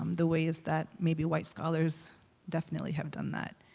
the ways that maybe white scholars definitely have done that.